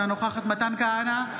אינה נוכחת מתן כהנא,